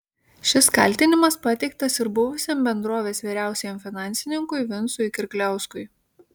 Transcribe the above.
šis kaltinimas pateiktas ir buvusiam bendrovės vyriausiajam finansininkui vincui kirkliauskui